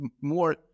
more